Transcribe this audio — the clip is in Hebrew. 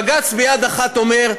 בג"ץ ביד אחת אומר: